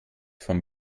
vom